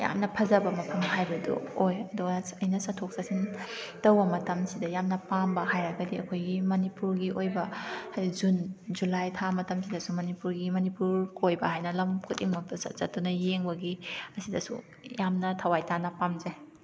ꯌꯥꯝꯅ ꯐꯖꯕ ꯃꯐꯝ ꯍꯥꯏꯕꯗꯣ ꯑꯣꯏ ꯑꯗꯨꯒ ꯑꯩꯅ ꯆꯠꯊꯣꯛ ꯆꯠꯁꯤꯟ ꯇꯧꯕ ꯃꯇꯝꯁꯤꯗ ꯌꯥꯝꯅ ꯄꯥꯝꯕ ꯍꯥꯏꯔꯒꯗꯤ ꯑꯩꯈꯣꯏꯒꯤ ꯃꯅꯤꯄꯨꯔꯒꯤ ꯑꯣꯏꯕ ꯍꯥꯏꯗꯤ ꯖꯨꯟ ꯖꯨꯂꯥꯏ ꯊꯥ ꯃꯇꯝꯁꯤꯗꯁꯨ ꯃꯅꯤꯄꯨꯔꯒꯤ ꯃꯅꯤꯄꯨꯔ ꯀꯣꯏꯕ ꯍꯥꯏꯅ ꯂꯝ ꯈꯨꯗꯤꯡꯃꯛꯇ ꯆꯠ ꯆꯠꯇꯅ ꯌꯦꯡꯕꯒꯤ ꯑꯁꯤꯗꯁꯨ ꯌꯥꯝꯅ ꯊꯋꯥꯏ ꯇꯥꯅ ꯄꯥꯝꯖꯩ